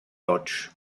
łódź